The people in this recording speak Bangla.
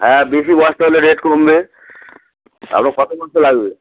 হ্যাঁ বেশি বস্তা হলে রেট কমবে কত লাগবে